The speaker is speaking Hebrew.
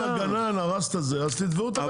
אז זה על אחריות הגנן שהרס, אז תתבעו.